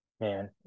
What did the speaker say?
man